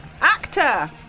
Actor